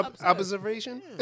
Observation